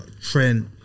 Trent